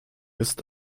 ist